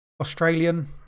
Australian